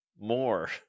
more